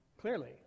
clearly